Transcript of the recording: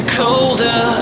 colder